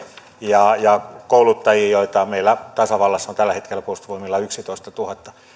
ja ja kouluttajiin joita meillä on tällä hetkellä tasavallassa puolustusvoimilla yksitoistatuhatta